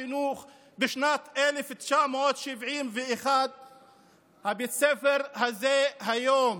החינוך בשנת 1971. בית הספר הזה היום,